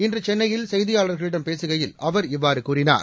இன்று சென்னையில் செய்தியாளர்களிடம் பேககையில் அவர் இவ்வாறு கூறினார்